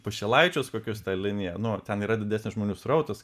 pašilaičius kokius ta linija nu va ten yra didesnis žmonių srautas